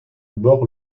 bord